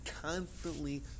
constantly